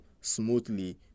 smoothly